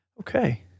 Okay